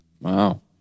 Wow